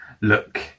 Look